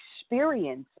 experience